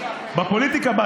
בפוליטיקה,